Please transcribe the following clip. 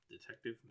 Detective